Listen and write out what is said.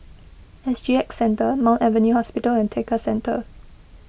S G X Centre Mount Alvernia Hospital and Tekka Centre